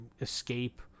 escape